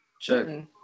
Check